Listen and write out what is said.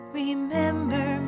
remember